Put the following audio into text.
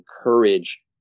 encourage